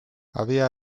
había